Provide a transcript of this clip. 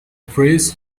phrase